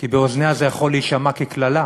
כי באוזניה זה יכול להישמע כקללה,